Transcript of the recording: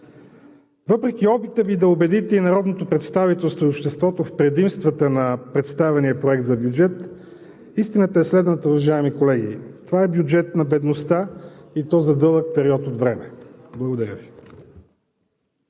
Въпреки опита Ви да убедите и народното представителство, и обществото в предимствата на представения проект на бюджет, истината е следната: уважаеми колеги, това е бюджет на бедността, и то за дълъг период от време! Благодаря Ви.